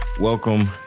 welcome